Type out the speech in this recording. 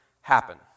happen